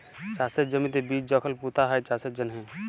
চাষের জমিতে বীজ যখল পুঁতা হ্যয় চাষের জ্যনহে